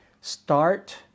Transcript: start